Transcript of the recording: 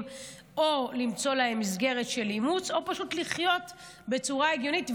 למצוא מסגרת של אימוץ או לחיות בצורה הגיונית.